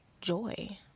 joy